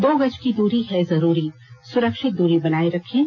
दो गज की दूरी है जरूरी सुरक्षित दूरी बनाए रखें